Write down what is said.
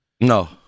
No